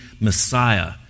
Messiah